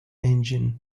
engine